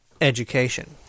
education